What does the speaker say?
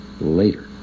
later